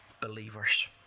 believers